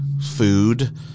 food